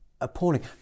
appalling